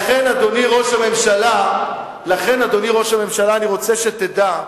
לכן, אדוני ראש הממשלה, אני רוצה שתדע,